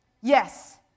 yes